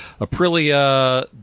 Aprilia